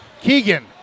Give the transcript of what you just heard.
Keegan